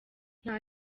nta